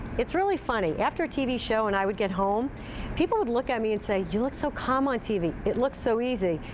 it's really funny. after a tv show and i would get home people would look at me and say, you look so calm on tv. it looks so easy.